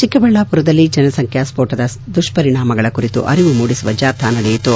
ಚಿಕ್ಕಬಳ್ಳಾಪುರದಲ್ಲಿ ಜನಸಂಖ್ಯಾ ಸ್ಕೋಟದ ದುಪ್ಪರಿಣಾಮಗಳ ಕುರಿತು ಅರಿವು ಮೂಡಿಸುವ ಜಾಥಾ ನಡೆಯಿತು